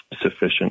sufficient